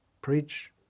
preach